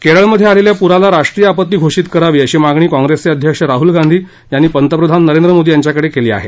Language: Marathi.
केरळमध्ये आलेल्या प्राला राष्ट्रीय आपत्ती घोषित करावी अशी मागणी काँप्रेसचे अध्यक्ष राहुल गांधी यांनी पंतप्रधान नरेंद्र मोदी यांच्याकडे केली आहे